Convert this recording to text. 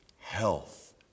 health